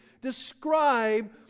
describe